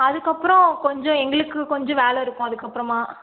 அதுக்கப்பறம் கொஞ்சம் எங்களுக்குக் கொஞ்சம் வேலைருக்கும் அதுக்கப்புறமா